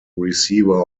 receiver